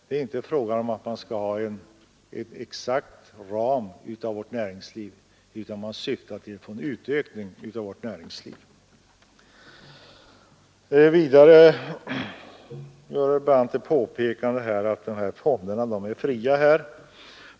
Det är inte fråga om att man skall ha en exakt ram för vårt näringsliv, utan syftet är att få en utökning av näringslivet. Vidare påpekade herr Brandt att investeringsfonderna är fria.